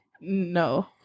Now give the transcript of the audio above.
No